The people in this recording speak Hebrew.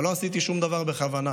אבל לא עשיתי שום דבר בכוונה.